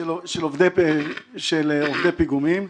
עובדי פיגומים;